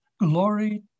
glory